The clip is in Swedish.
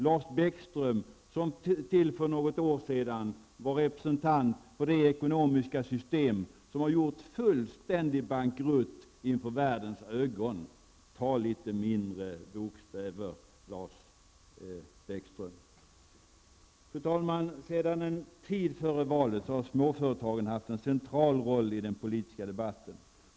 Lars Bäckström var ju till för något år sedan representant för det ekonomiska system som har gjort fullständig bankrutt inför världens ögon. Tala med litet mindre bokstäver, Lars Bäckström. Fru talman! Sedan en tid före valet har småföretagen haft en central roll i den politiska debatten.